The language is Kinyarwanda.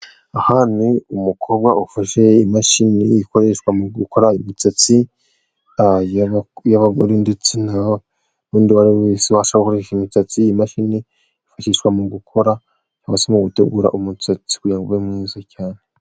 Aha ni umukobwa ufashe imashini ikoreshwa mu gukora imisatsi y'abagore ndetse'undi uwariwe wese washaka gukoresha imisatsi, imashini yifashishwa mu gukora cyangwa se mu gutegura umusatsi kugira ngo ube mwiza cyane.